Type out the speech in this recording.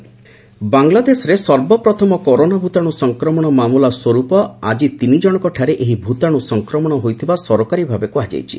Bangladesh corona virus ବାଂଲାଦେଶରେ ସର୍ବପ୍ରଥମ corona ଭୂତାଣୁ ସଂକ୍ରମଣ ମାମାଲା ସ୍ୱର୍ପ ଆଜି ତିନିଜଣଙ୍କ ଠାରେ ଏହି ଭୂତାଣୁ ସଂକ୍ରମଣ ହୋଇଥିବା ସରକାରୀଭାବେ କୁହାଯାଇଛି